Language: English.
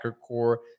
core